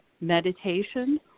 meditation